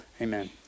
amen